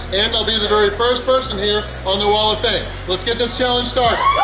and i'll be the very first person here on the wall of fame! let's get this challenge started!